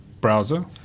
browser